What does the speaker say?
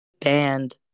band